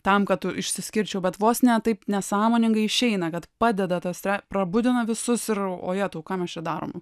tam kad tu išsiskirčiau bet vos ne taip nesąmoningai išeina kad padeda tas tre prabudina visus ir o jėtau ką mes čia darom